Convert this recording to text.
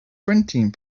printing